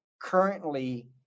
currently